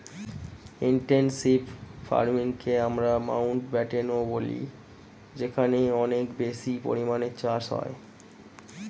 intensive ফার্মিংকে আমরা মাউন্টব্যাটেনও বলি যেখানে অনেক বেশি পরিমাণে চাষ হয়